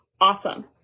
awesome